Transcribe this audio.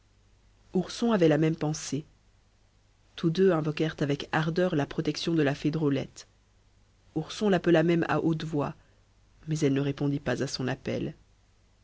ourson avait la même pensée tous deux invoquèrent avec ardeur la protection de la fée drôlette ourson l'appela même à haute voix mais elle ne répondit pas à son appel